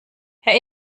herr